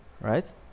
Right